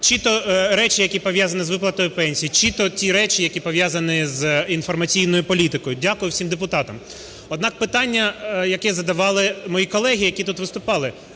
чи то речі, які пов'язані з виплатою пенсій, чи то ті речі, які пов'язані з інформаційною політикою. Дякую всім депутатам. Однак питання, яке задавали мої колеги, які тут виступали: